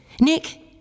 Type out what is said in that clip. Nick